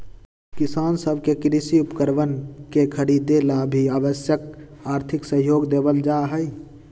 किसान सब के कृषि उपकरणवन के खरीदे ला भी आवश्यक आर्थिक सहयोग देवल जाहई